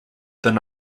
than